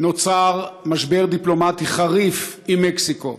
נוצר משבר דיפלומטי חריף עם מקסיקו.